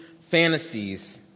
fantasies